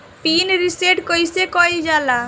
Pin reset कईसे करल जाला?